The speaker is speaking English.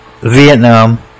Vietnam